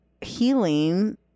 healing